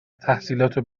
تحصیلاتو